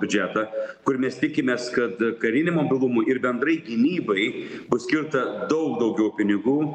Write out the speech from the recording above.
biudžetą kur mes tikimės kad kariniam mobilumui ir bendrai gynybai bus skirta daug daugiau pinigų